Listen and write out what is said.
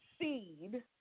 seed